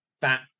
fat